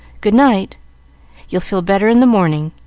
good-night you'll feel better in the morning.